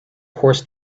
horse